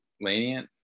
lenient